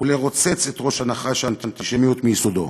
הוא לרוצץ את ראש נחש האנטישמיות מיסודו.